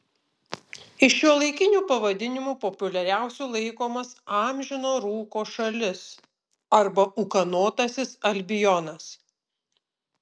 iš šiuolaikinių pavadinimų populiariausiu laikomas amžino rūko šalis arba ūkanotasis albionas